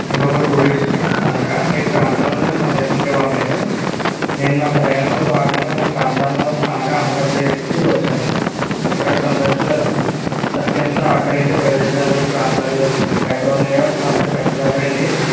నేను ఒక టూరిస్ట్ని అనగా మీ ప్రాంతాలను సందర్శించే వాడినండి నేను నా ప్రయాణంలో భాగంగా మీ ప్రాంతంలో అనగా ఆంధ్రప్రదేశ్కి వచ్చాను ఇక్కడ సందర్శకులకు అత్యంత ఆకర్షించే ప్రదేశాలు ప్రాంతాలు ఎక్కడున్నాయో కాస్త చెప్పగలరా అండి